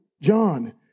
John